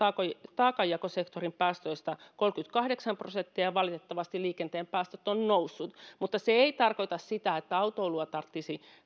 taakanjakosektorin päästöistä kolmekymmentäkahdeksan prosenttia ja valitettavasti liikenteen päästöt ovat nousseet mutta se ei tarkoita sitä että autoilua tarvitsisi